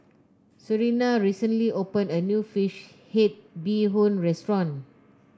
Serina recently opened a new fish head Bee Hoon restaurant